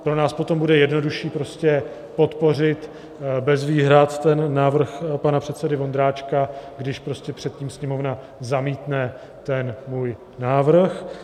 Pro nás potom bude jednodušší prostě podpořit bez výhrad ten návrh pana předsedy Vondráčka, když předtím Sněmovna zamítne ten můj návrh.